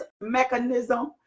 mechanism